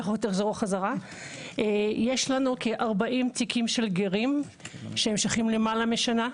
יש לנו כארבעים תיקים של גרים שנמשכים למעלה משנה.